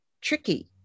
tricky